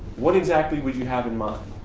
what exactly would you have in mind?